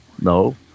No